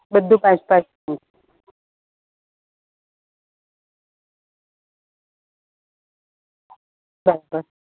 બધુ પાંચ પાંચ બુક પાંચ પાંચ